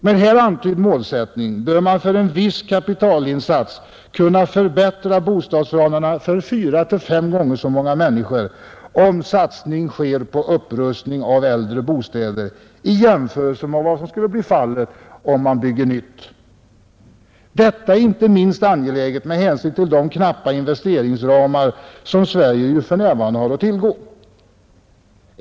Med här antydd målsättning bör man för en viss kapitalinsats kunna förbättra bostadsförhållandena för 4 — 5 gånger så många människor, om satsning sker på upprustning av äldre bostäder, i jämförelse med vad som blir fallet vid en nybyggnation, Detta är inte minst angeläget med hänsyn till de knappa investeringsresurser som Sverige i dag har att tillgå.